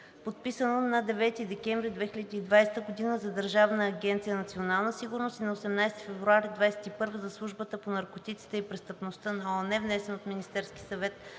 подписано на 9 декември 2020 г. за Държавна агенция „Национална сигурност“ и на 18 февруари 2021 г. за Службата по наркотиците и престъпността на ООН, № 47-202-02-12, внесен от Министерския съвет